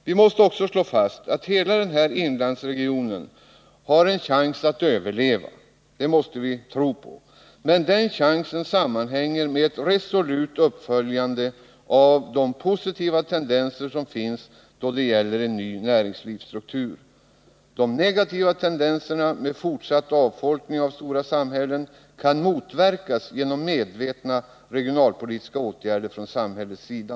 Vi måste också slå fast att hela denna inlandsregion har en chans att överleva — det är något som vi måste tro på — men den chansen sammanhänger med ett resolut uppföljande av de positiva tendenser som finns då det gäller en ny näringslivsstruktur. De negativa tendenserna med fortsatt avfolkning av stora samhällen kan motverkas genom medvetna regionalpolitiska åtgärder från samhällets sida.